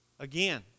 Again